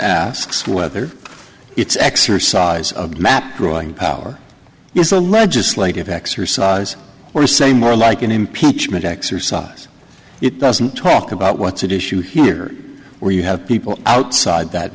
asks whether its exercise of map drawing power is a legislative exercise or say more like an impeachment exercise it doesn't talk about what's at issue here where you have people outside that